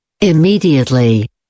Immediately